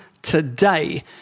Today